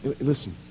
Listen